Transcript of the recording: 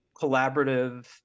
collaborative